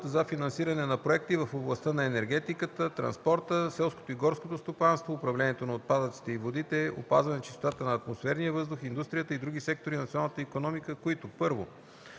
за финансиране на проекти в областта на енергетиката, транспорта, селското и горското стопанство, управлението на отпадъците и водите, опазване чистотата на атмосферния въздух, индустрията и други сектори на националната икономика, които: 1.